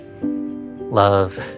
love